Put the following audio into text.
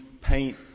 paint